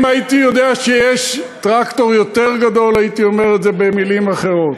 אם הייתי יודע שיש טרקטור יותר גדול הייתי אומר את זה במילים אחרות,